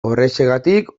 horrexegatik